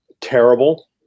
terrible